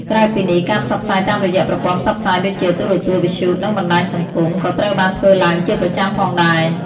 ក្រៅពីនេះ ការផ្សព្វផ្សាយតាមរយៈប្រព័ន្ធផ្សព្វផ្សាយដូចជា ទូរទស្សន៍ វិទ្យុ និងបណ្តាញសង្គម ក៏ត្រូវបានធ្វើឡើងជាប្រចាំផងដែរ។